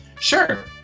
Sure